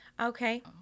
Okay